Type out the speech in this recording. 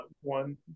One